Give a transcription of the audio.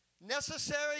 necessary